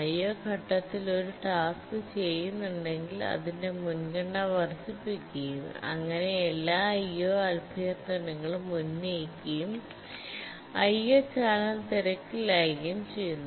IO ഘട്ടത്തിൽ ഒരു task ചെയ്യുന്നുണ്ടെങ്കിൽ അതിന്റെ മുൻഗണന വർദ്ധിപ്പിക്കുകയും അങ്ങനെ എല്ലാ IO അഭ്യർത്ഥനകളും ഉന്നയിക്കുകയും IO ചാനൽ തിരക്കിലാക്കുകയും ചെയ്യുന്നു